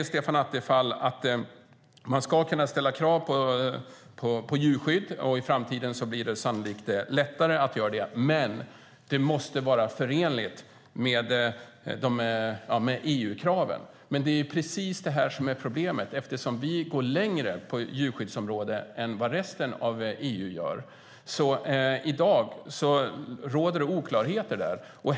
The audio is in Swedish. Stefan Attefall säger att man ska kunna ställa krav på djurskydd och att det i framtiden sannolikt blir lättare att göra det - men att det måste vara förenligt med EU-kraven. Men det är ju precis det som är problemet, eftersom vi går längre på djurskyddsområdet än resten av EU. I dag råder det oklarheter.